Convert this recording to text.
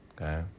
okay